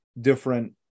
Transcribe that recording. different